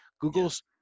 Google's